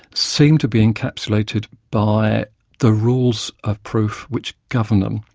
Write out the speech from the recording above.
seemed to be encapsulated by the rules of proof which govern them.